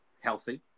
healthy